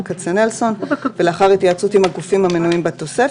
כצנלסון ולאחר התייעצות עם הגופים המנויים בתוספת.